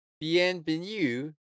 bienvenue